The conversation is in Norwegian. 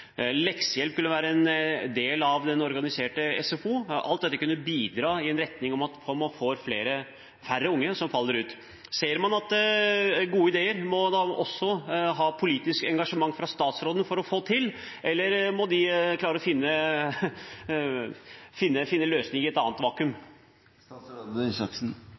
en del av den organiserte SFO. Alt dette kunne bidratt i en retning hvor man får færre unge som faller ut. Ser man at gode ideer også må ha politisk engasjement fra statsråden for å få det til, eller må man finne løsninger i et vakuum? Det hjelper alltid å